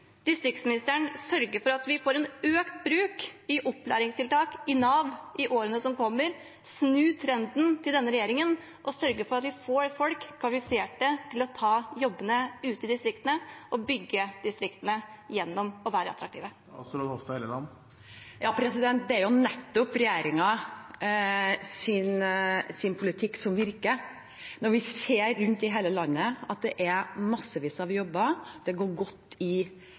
distriktsministeren sørge for at vi får en økt bruk av opplæringstiltak i Nav i årene som kommer, snu trenden fra denne regjeringen og sørge for at vi får folk som er kvalifisert til å ta jobbene ute i distriktene og bygge distriktene gjennom å være attraktive? Det er jo nettopp regjeringens politikk som virker når vi ser rundt i hele landet at det er massevis av jobber, og at det går godt i